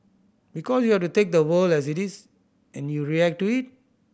because you have to take the world as it is and you react to it